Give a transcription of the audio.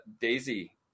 Daisy